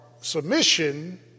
submission